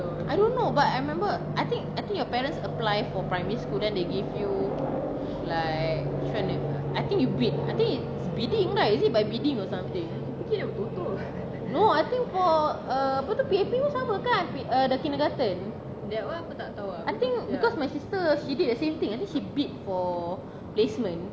I don't know but I remember I think I think your parents apply for primary school then they give you like macam mana I think you bid when I think it's bidding right is it by bidding or something no I think for uh apa tu P_A_P pun sama kan uh the kindergarten I think because my sister she did the same thing I think she bid for placement